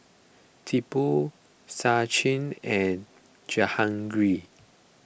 Tipu Sachin and Jehangirr